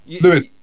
Lewis